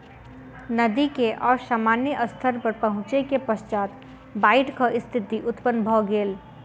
नदी के असामान्य स्तर पर पहुँचै के पश्चात बाइढ़क स्थिति उत्पन्न भ गेल